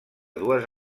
dues